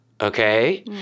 okay